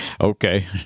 Okay